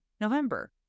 November